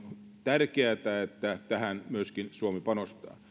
tärkeätä että tähän myöskin suomi panostaa